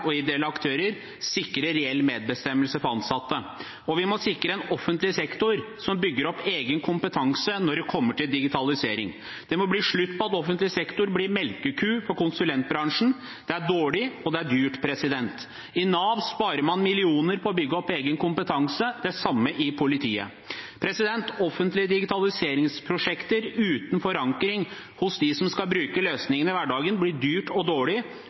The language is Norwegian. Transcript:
og ideelle aktører, sikre reell medbestemmelse for ansatte, og vi må sikre en offentlig sektor som bygger opp egen kompetanse når det kommer til digitalisering. Det må bli slutt på at offentlig sektor blir melkeku for konsulentbransjen. Det er dårlig, og det er dyrt. I Nav sparer man millioner på å bygge opp egen kompetanse – det samme i politiet. Offentlige digitaliseringsprosjekter uten forankring hos dem som skal bruke løsningene i hverdagen, blir dyrt og dårlig